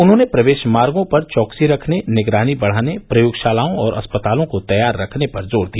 उन्होंने प्रवेश मार्गो पर चौकसी रखने निगरानी बढ़ाने प्रयोगशालाओं और अस्पतालों को तैयार रखने पर जोर दिया